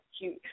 cute